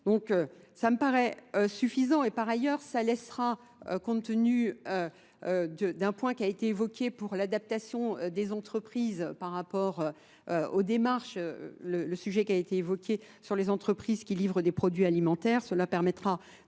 Donc ça me paraît suffisant et par ailleurs ça laissera compte tenu d'un point qui a été évoqué pour l'adaptation des entreprises par rapport aux démarches, le sujet qui a été évoqué sur les entreprises qui livrent des produits alimentaires. Cela permettra